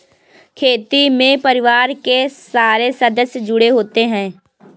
खेती में परिवार के सारे सदस्य जुड़े होते है